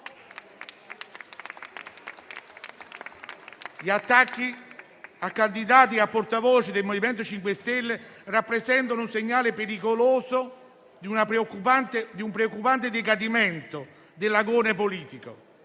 Gli attacchi a candidati e a portavoce del MoVimento 5 Stelle rappresentano un segnale pericoloso di un preoccupante decadimento dell'agone politico